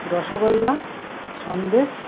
rasgulla sandesh